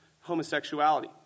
homosexuality